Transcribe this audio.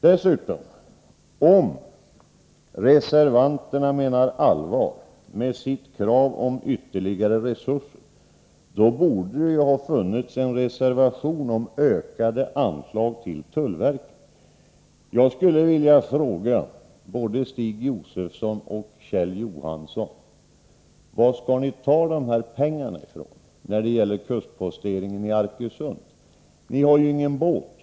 Dessutom: Om reservanterna menar allvar med sitt krav på ytterligare resurser, borde det ju ha funnits en reservation om ökade anslag till tullverket. Jag skulle vilja fråga både Stig Josefson och Kjell Johansson: Varifrån skall ni ta pengarna när det gäller kustposteringen i Arkösund? Ni har ju ingen båt.